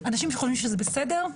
אנשים שחושבים שזה בסדר,